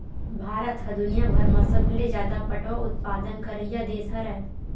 भारत ह दुनियाभर म सबले जादा पटवा उत्पादन करइया देस हरय